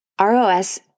ROS